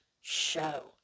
show